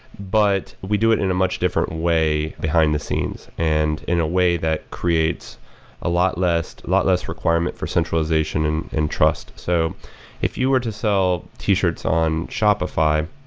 but we do it in a much different way behind the scenes, and in a way that creates a lot less lot less requirement for centralization and trust so if you were to sell t-shirts on shopify,